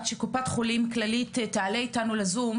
עד שקופת חולים כללית תעלה איתנו לזום,